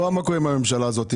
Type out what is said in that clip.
את רואה מה קורה בממשלה הזאת.